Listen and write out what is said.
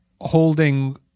holding –